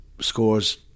scores